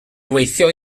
gweithio